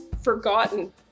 forgotten